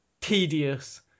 tedious